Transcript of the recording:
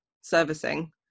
servicing